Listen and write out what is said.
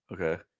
Okay